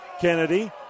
Kennedy